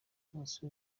nk’umunsi